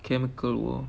chemical war